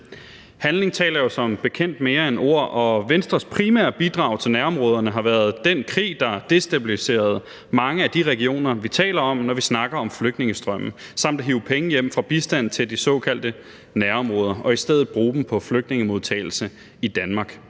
Handling taler jo som bekendt mere end ord, og Venstres primære bidrag til nærområderne har været den krig, der destabiliserede mange af de regioner, vi taler om, når vi snakker om flygtningestrømmen, samt at hive penge hjem fra bistand til de såkaldte nærområder og i stedet bruge dem på flygtningemodtagelse i Danmark.